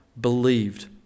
believed